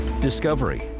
Discovery